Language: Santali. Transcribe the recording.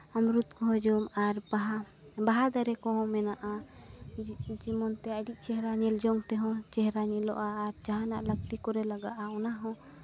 ᱟᱢᱨᱩᱫ ᱠᱚᱦᱚᱸ ᱡᱚᱢ ᱟᱨ ᱵᱟᱦᱟ ᱵᱟᱦᱟ ᱫᱟᱨᱮ ᱠᱚᱦᱚᱸ ᱢᱮᱱᱟᱜᱟ ᱡᱮᱢᱚᱱᱛᱮ ᱟᱡᱤᱡ ᱪᱮᱦᱨᱟ ᱧᱮᱞᱡᱚᱝ ᱛᱮᱦᱚᱸ ᱪᱮᱦᱨᱟ ᱧᱮᱞᱚᱜᱼᱟ ᱟᱨ ᱡᱟᱦᱟᱱᱟᱜ ᱞᱟᱹᱠᱛᱤ ᱠᱚᱨᱮ ᱦᱤᱡᱩᱜᱼᱟ ᱚᱱᱟ ᱦᱚᱸ